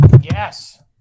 Yes